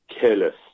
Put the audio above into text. careless